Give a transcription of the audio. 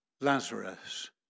Lazarus